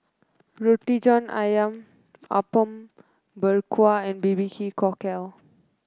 Roti John ayam Apom Berkuah and Barbecue Cockle